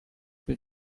per